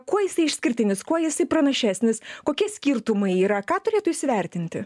kuo jisai išskirtinis kuo jisai pranašesnis kokie skirtumai yra ką turėtų įsivertinti